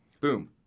Boom